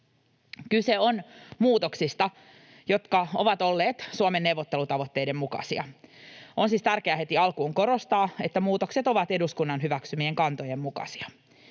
Kyse on muutoksista, jotka ovat olleet Suomen neuvottelutavoitteiden mukaisia. On siis tärkeää heti alkuun korostaa, että muutokset ovat eduskunnan hyväksymien kantojen mukaisia.